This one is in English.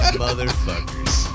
motherfuckers